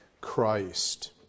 Christ